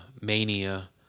mania